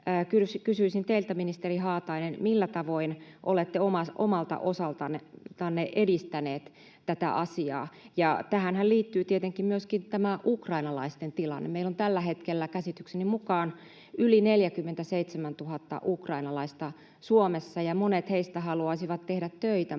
Kysyisin teiltä, ministeri Haatainen: millä tavoin olette omalta osaltanne edistäneet tätä asiaa? Tähänhän liittyy tietenkin myöskin tämä ukrainalaisten tilanne. Meillä on tällä hetkellä käsitykseni mukaan yli 47 000 ukrainalaista Suomessa, ja monet heistä haluaisivat tehdä töitä,